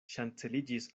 ŝanceliĝis